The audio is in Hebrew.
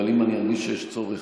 אבל אם אני ארגיש שיש צורך,